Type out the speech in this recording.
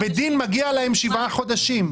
בדין מגיעים להם שבעה חודשים.